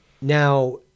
Now